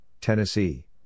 Tennessee